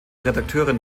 redakteurin